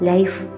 Life